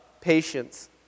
patience